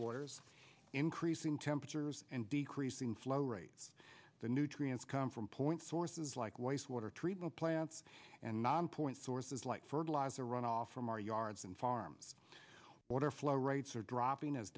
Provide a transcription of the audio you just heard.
waters increasing temperatures and decreasing flow rates the nutrients come from point sources like wastewater treatment plants and non point sources like fertilizer runoff from our yards and farms water flow rates are dropping as